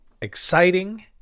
Exciting